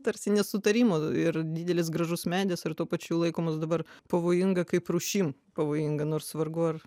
tarsi nesutarimų ir didelis gražus medis ir tuo pačiu laikomas dabar pavojinga kaip rūšim pavojinga nors vargu ar